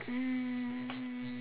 um